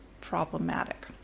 problematic